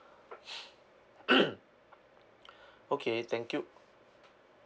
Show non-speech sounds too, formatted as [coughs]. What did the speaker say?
[coughs] okay thank you